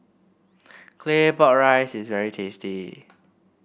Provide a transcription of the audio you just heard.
Claypot Rice is very tasty